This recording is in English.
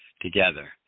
together